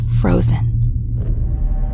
frozen